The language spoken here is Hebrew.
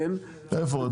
איפה?